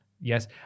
yes